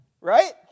right